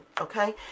okay